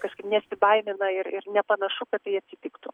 kažkaip nesibaimina ir ir nepanašu kad tai atsitiktų